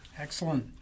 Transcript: excellent